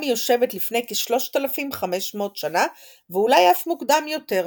מיושבת לפני כ-3,500 שנה ואולי אף מוקדם יותר.